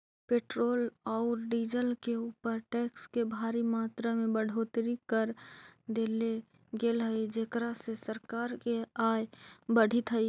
petrol औउर diesel के ऊपर टैक्स के भारी मात्रा में बढ़ोतरी कर देले गेल हई जेकरा से सरकार के आय बढ़ीतऽ हई